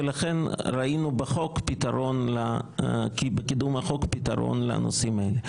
ולכן ראינו בקידום החוק פתרון לנושאים האלה.